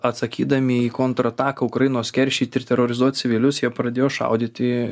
atsakydami į kontrataką ukrainos keršyt ir terorizuot civilius jie pradėjo šaudyt į